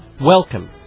welcome